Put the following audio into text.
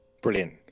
brilliant